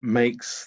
makes